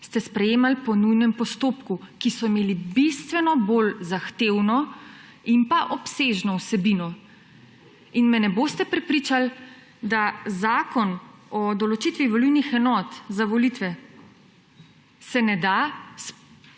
ste sprejemali po nujnem postopku, ki so imeli bistveno bolj zahtevno in obsežno vsebino. Ne boste me prepričali, da Zakona o določitvi volilnih enot za volitve se ne da